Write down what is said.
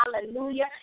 hallelujah